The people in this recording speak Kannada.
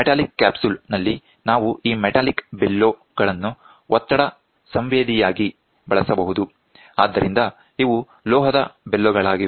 ಮೆಟಾಲಿಕ್ ಕ್ಯಾಪ್ಸೂಲ್ ನಲ್ಲಿ ನಾವು ಈ ಮೆಟಾಲಿಕ್ ಬೆಲೋಗಳನ್ನು ಒತ್ತಡ ಸಂವೇದನೆಯಾಗಿ ಬಳಸಬಹುದು ಆದ್ದರಿಂದ ಇವು ಲೋಹದ ಬೆಲೋಗಳಾಗಿವೆ